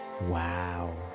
wow